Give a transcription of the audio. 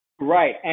Right